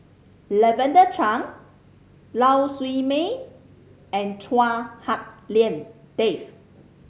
Lavender Chang Lau Siew Mei and Chua Hak Lien Dave